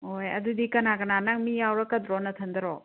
ꯍꯣꯏ ꯑꯗꯨꯗꯤ ꯀꯅꯥ ꯀꯅꯥ ꯅꯪ ꯃꯤ ꯌꯥꯎꯔꯛꯀꯗ꯭ꯔꯣ ꯅꯊꯟꯗꯔꯣ